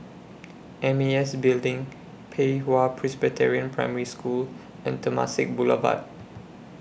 M A S Building Pei Hwa Presbyterian Primary School and Temasek Boulevard